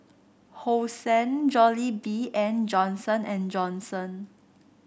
Hosen Jollibee and Johnson And Johnson